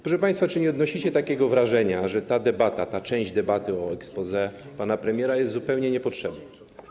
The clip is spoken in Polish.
Proszę państwa, czy nie odnosicie takiego wrażenia, że ta debata, ta część debaty o exposé pana premiera jest zupełnie niepotrzebna?